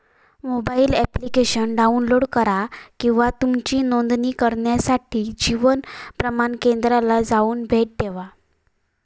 mobile application download करा किंवा तुमची नोंदणी करण्यासाठी जीवन प्रमाण केंद्राला जाऊन भेट देवा